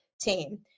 team